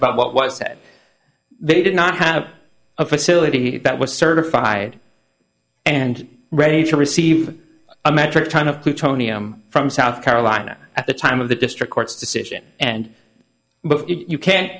about what was said they did not have a facility that was certified and ready to receive a metric ton of plutonium from south carolina at the time of the district court's decision and but you can't